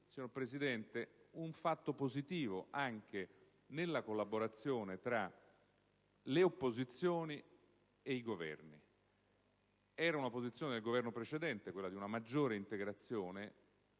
signora Presidente, un fatto positivo anche nella collaborazione tra le opposizioni e i Governi. Era la posizione del Governo precedente quella di una maggiore integrazione